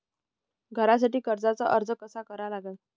घरासाठी कर्जाचा अर्ज कसा करा लागन?